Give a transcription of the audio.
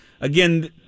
again